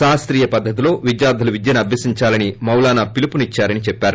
శాస్తీయ పద్ధతితో విద్యార్ధులు విద్యను అభ్యసించాలని మౌలానా పిలుపునిచ్చారని చెప్పారు